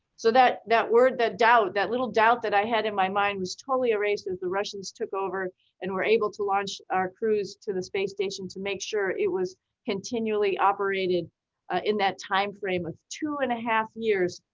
so that that word, that doubt, that little doubt that i had in my mind was totally erased as the russians took over and were able to launch our crews to the space station to make sure it was continually operated in that timeframe of two and a half years,